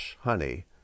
honey